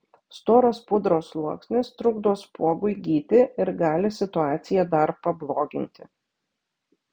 storas pudros sluoksnis trukdo spuogui gyti ir gali situaciją dar pabloginti